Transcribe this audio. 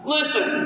Listen